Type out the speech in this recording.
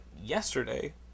yesterday